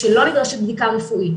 כשלא נדרשת בדיקה רפואית,